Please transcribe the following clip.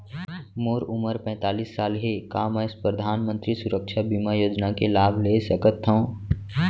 मोर उमर पैंतालीस साल हे का मैं परधानमंतरी सुरक्षा बीमा योजना के लाभ ले सकथव?